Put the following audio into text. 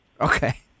Okay